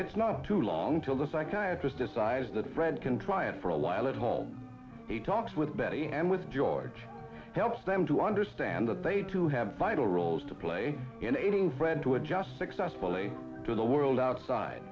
it's not too long till the psychiatry's decides that fred can try it for a while at home he talks with betty and with george helps them to understand that they too have vital roles to play in a thread to adjust successfully to the world outside